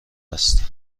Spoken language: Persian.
است